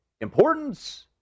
importance